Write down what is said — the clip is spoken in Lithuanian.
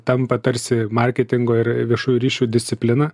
tampa tarsi marketingo ir viešųjų ryšių disciplina